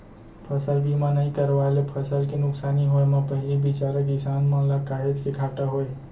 फसल बीमा नइ करवाए ले फसल के नुकसानी होय म पहिली बिचारा किसान मन ल काहेच के घाटा होय